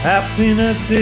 Happiness